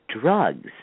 drugs